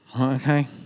Okay